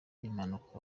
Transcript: impanuka